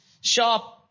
Sharp